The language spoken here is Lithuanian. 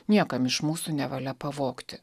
niekam iš mūsų nevalia pavogti